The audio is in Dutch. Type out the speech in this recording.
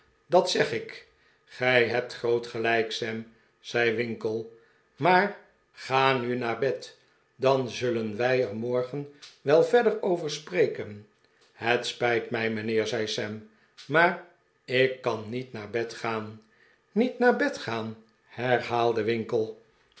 dat zeg ik gij hebt groot gelijk sam zei winkle maar ga nu naar bed dan zullen wij er morgen wel verder over spreken het spijt mij mijnheer zei sam maar ik kan niet naar bed gaan niet naar bed gaan herhaalde winkle